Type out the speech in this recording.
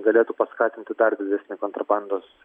galėtų paskatinti dar didesnį kontrabandos